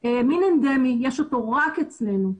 ויש אותו רק אצלנו.